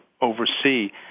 oversee